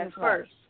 first